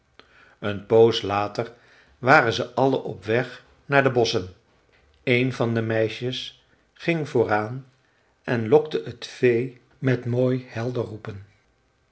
een poos later waren ze alle op weg naar de bosschen een van de meisjes ging vooraan en lokte het vee met mooi helder roepen